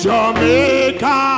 Jamaica